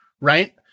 right